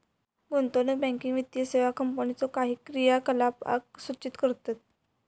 गुंतवणूक बँकिंग वित्तीय सेवा कंपनीच्यो काही क्रियाकलापांक सूचित करतत